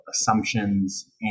assumptions